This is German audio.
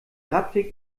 radweg